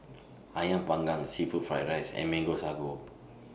Ayam Panggang Seafood Fried Rice and Mango Sago